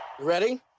ready